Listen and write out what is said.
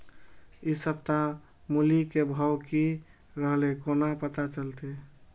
इ सप्ताह मूली के भाव की रहले कोना पता चलते?